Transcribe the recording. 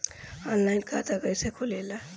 Online खाता कइसे खुलेला?